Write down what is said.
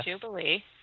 Jubilee